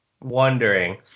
wondering